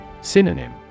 Synonym